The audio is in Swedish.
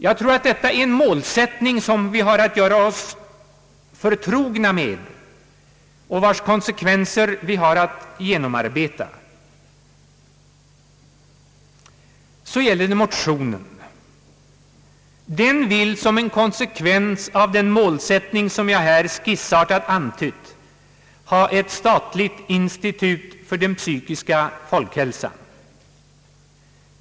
Jag tror att detta är en målsättning som vi har att göra oss förtrogna med och vars konsekvenser vi har att genomarbeta. Så gäller det motionen. Motionärerna vill, som en konsekvens av den målsättning som jag här skissartat har antytt, ha ett statligt institut för den psykiska folkhälsan.